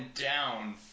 down